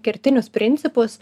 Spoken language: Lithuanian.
kertinius principus